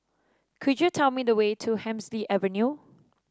could you tell me the way to Hemsley Avenue